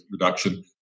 reduction